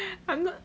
I'm not